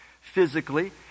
physically